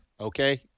okay